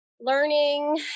learning